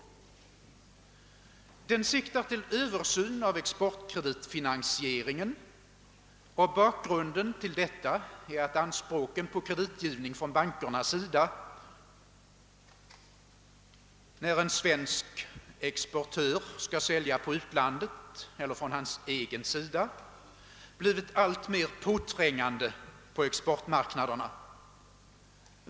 Denna reservation siktar till översyn av exportkreditfinansieringen, och bakgrunden till detta är att anspråken på kreditgivning när ett svenskt företag skall sälja på utlandet blivit alltmer påträngande på exportmarknaderna.